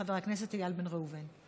חבר הכנסת איל בן ראובן.